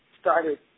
started